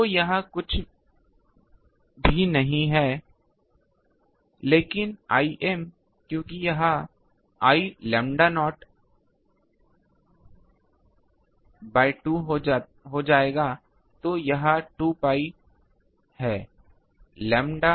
तो यह कुछ भी नहीं है लेकिन Im क्योंकि यह l लैम्ब्डा नॉट बाय २ हो जाएगा तो यह 2 pi है लैम्ब्डा